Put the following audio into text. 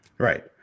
Right